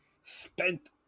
spent